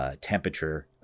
Temperature